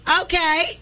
Okay